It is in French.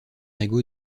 ego